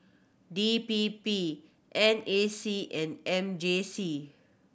D P P N A C and M J C